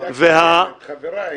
חבריה התפטרו.